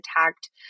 attacked